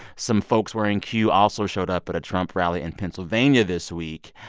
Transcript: some folks wearing q also showed up at a trump rally in pennsylvania this week.